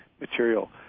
material